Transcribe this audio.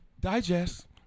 digest